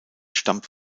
stammt